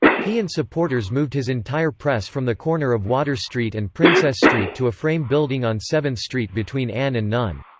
he and supporters moved his entire press from the corner of water street and princess street to a frame building on seventh street between ann and nun.